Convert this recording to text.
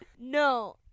No